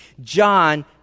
John